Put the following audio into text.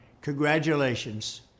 Congratulations